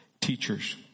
Teachers